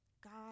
God